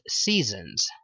seasons